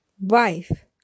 Wife